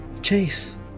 Chase